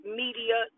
media